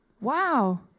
Wow